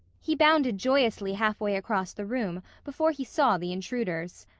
he bounded joyously half way across the room before he saw the intruders.